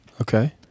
okay